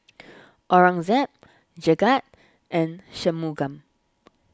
Aurangzeb Jagat and Shunmugam